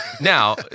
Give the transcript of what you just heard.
now